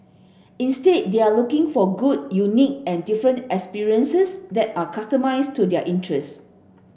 instead they are looking for good unique and different experiences that are customised to their interests